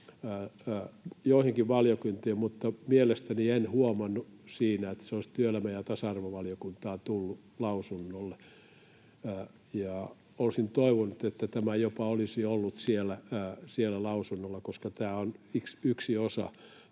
joihinkin valiokuntiin, mutta mielestäni en huomannut siinä, että se olisi työelämä- ja tasa-arvovaliokuntaan tullut lausunnolle. Sen vuoksi olisin toivonut, että tämä olisi jopa ollut siellä lausunnolla, koska tämä on tämän